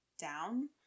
down